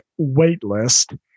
waitlist